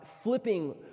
Flipping